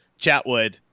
Chatwood